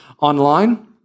online